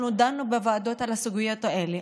אנחנו דנו בוועדות על הסוגיות האלה,